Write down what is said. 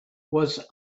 was